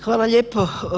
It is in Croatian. Hvala lijepo.